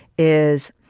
is,